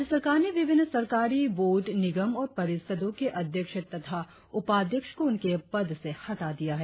राज्य सरकार ने विभिन्न सरकारी बोर्ड निगम और परिषदों के अध्यक्ष तथा उपाध्यक्ष को उनके पद से हटा दिया है